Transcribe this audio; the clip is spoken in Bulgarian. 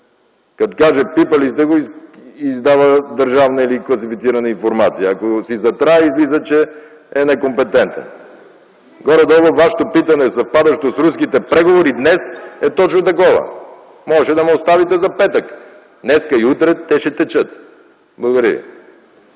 Като каже „пипали сте го”, издава държавна или класифицирана информация; ако си затрае, излиза, че е некомпетентен. Горе-долу вашето питане, съвпадащо с руските преговори днес, е точно такова. Можехте да ме оставите за петък – днес и утре те ще текат. Благодаря